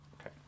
Okay